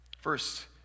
First